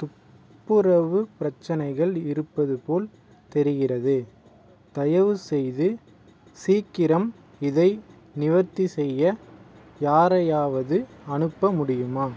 துப்புரவு பிரச்சனைகள் இருப்பதுபோல் தெரிகிறது தயவுசெய்து சீக்கிரம் இதை நிவர்த்தி செய்ய யாரையாவது அனுப்ப முடியுமா